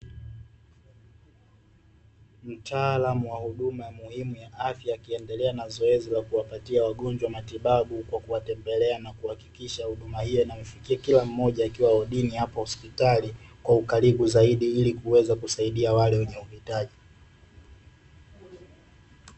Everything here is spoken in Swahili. Mtaalamu wa huduma muhimu ya afya akiendelea na zoezi la kuwapatia wagonjwa matibabu, kwa kuwatembelea na kuhakikisha huduma hiyo inamfikia kila mmoja akiwa wodini hapo hospitali, kwa ukaribu zaidi ili kuweza kusaidia wale wenye uhitaji.